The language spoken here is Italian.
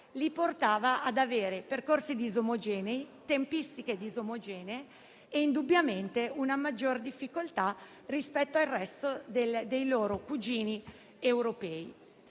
li portava ad avere percorsi e tempistiche disomogenei e indubbiamente una maggiore difficoltà rispetto al resto dei loro "cugini" europei.